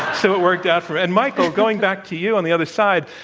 so, it worked out for and michael, going back to you on the other side,